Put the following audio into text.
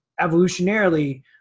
evolutionarily